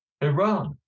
Iran